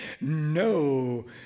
No